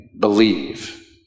believe